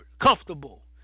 comfortable